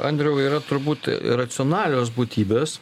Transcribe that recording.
andriau yra turbūt racionalios būtybės